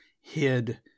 hid